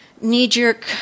knee-jerk